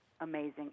amazing